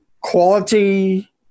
quality